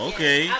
Okay